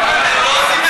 למה לא?